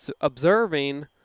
observing